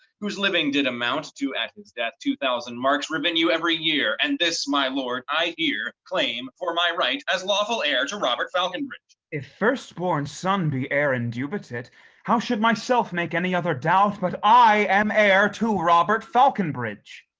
whose living did amount, to at his death, two thousand marks revenue every year and this, my lord, i here claim for my right, as lawful heir to robert falconbridge. if first-born son be heir and indubitate how should myself make any other doubt, but i am heir to robert falconbridge?